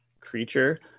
creature